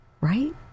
right